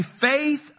faith